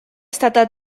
stata